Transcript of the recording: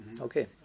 Okay